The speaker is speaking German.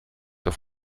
auf